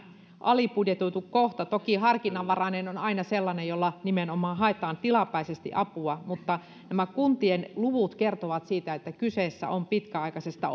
alibudjetoitu kohta toki harkinnanvarainen on aina sellainen jolla nimenomaan haetaan tilapäisesti apua mutta nämä kuntien luvut kertovat siitä että kyse on pitkäaikaisesta